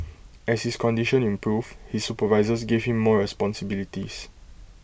as his condition improved his supervisors gave him more responsibilities